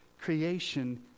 creation